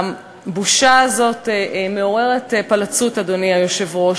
הבושה הזאת מעוררת פלצות, אדוני היושב-ראש.